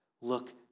Look